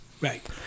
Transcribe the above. Right